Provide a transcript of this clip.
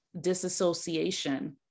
disassociation